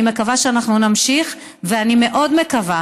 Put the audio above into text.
אני מקווה